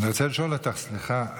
אני רוצה לשאול אותך, סליחה.